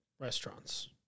restaurants